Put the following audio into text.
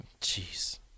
Jeez